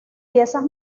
piezas